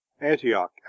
antioch